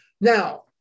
Now